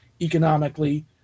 economically